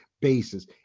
basis